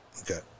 okay